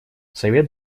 совет